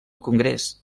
congrés